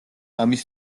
ამის